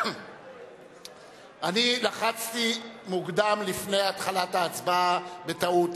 אני לחצתי מוקדם לפני התחלת ההצבעה, בטעות.